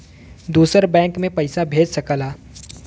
दूसर बैंक मे पइसा भेज सकला